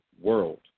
world